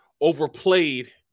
overplayed